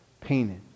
painted